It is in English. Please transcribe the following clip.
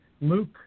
Luke